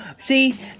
see